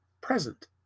present